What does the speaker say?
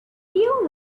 pure